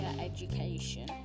education